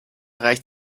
reicht